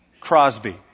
Crosby